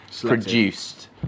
produced